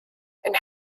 and